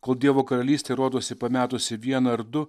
kol dievo karalystė rodosi pametusi vieną ar du